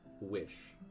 Wish